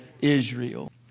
Israel